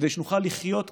כדי שנוכל לחיות כאן.